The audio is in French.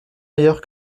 meilleure